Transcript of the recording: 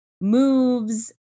moves